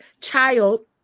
child